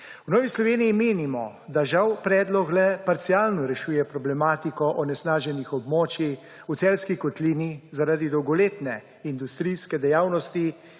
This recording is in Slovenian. V Novi Sloveniji menimo, da žal predlog le parcialno rešuje problematiko onesnaženih območij v Celjski kotlini zaradi dolgoletne industrijske dejavnosti